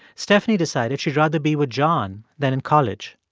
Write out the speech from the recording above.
stephanie decided she'd rather be with john than in college.